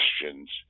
questions